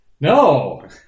no